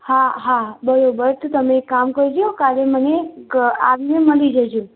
હા હા બરોબર તો તમે એક કામ કરજો કાલે મને આવીને મળી જજો